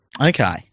Okay